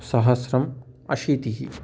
सहस्रम् अशीतिः